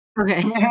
Okay